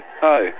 hi